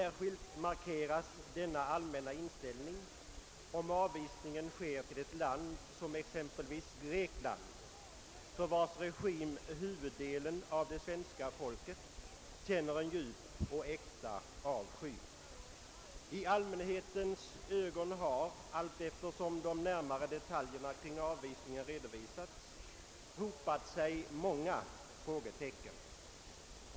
Särskilt markeras denna allmänna inställning om avvisningen sker till ett land som exempelvis Grekland, för vars regim huvuddelen av det svenska folket känner en djup och äkta avsky. I allmänhetens ögon har, allteftersom de närmare detaljerna kring avvisningen redovisats, hopat sig många fråge tecken.